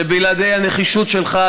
שבלעדי הנחישות שלך,